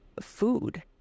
food